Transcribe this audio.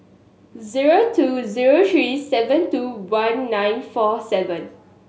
zero two zero three seven two one nine four seven